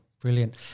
Brilliant